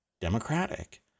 democratic